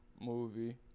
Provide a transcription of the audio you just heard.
Movie